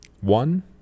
One